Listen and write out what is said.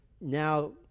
now